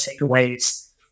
takeaways